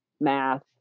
math